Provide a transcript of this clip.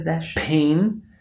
pain